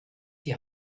die